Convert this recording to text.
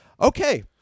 okay